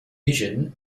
vision